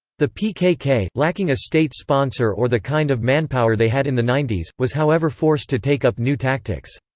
the pkk, lacking a state sponsor or the kind of manpower they had in the ninety s, was however forced to take up new tactics.